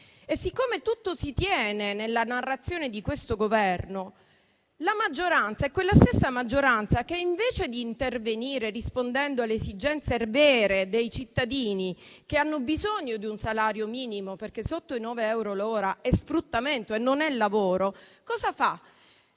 E siccome tutto si tiene nella narrazione di questo Governo, la maggioranza, invece di intervenire rispondendo alle esigenze vere dei cittadini che hanno bisogno di un salario minimo, perché sotto i 9 euro l'ora è sfruttamento e non è lavoro, si